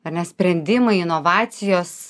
ar nes sprendimai inovacijos